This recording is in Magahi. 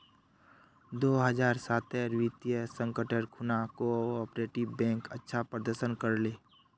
दो हज़ार साटेर वित्तीय संकटेर खुणा कोआपरेटिव बैंक अच्छा प्रदर्शन कर ले